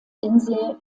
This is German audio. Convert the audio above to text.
insel